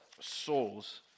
souls